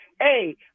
hey